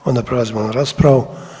Onda prelazimo na raspravu.